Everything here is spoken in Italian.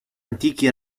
antichi